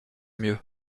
mieux